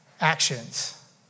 actions